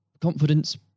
confidence